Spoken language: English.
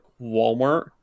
Walmart